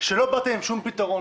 שלא באתם עם שום פתרון